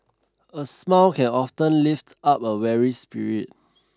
a smile can often lift up a weary spirit